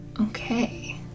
Okay